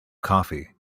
coffee